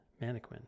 mannequin